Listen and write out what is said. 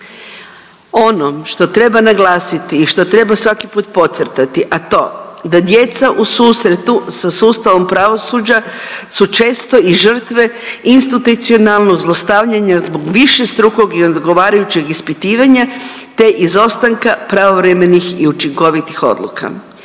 Ono što treba naglasiti i što treba svaki put podcrtati, a to da djeca u susretu sa sustavom pravosuđa su često i žrtve institucionalnog zlostavljanja zbog višestrukog i odgovarajućeg ispitivanja te izostanka pravovremenih i učinkovitih odluka.